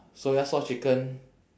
soya sauce chicken